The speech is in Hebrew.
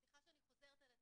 סליחה שאני חוזרת על עצמי,